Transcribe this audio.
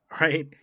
Right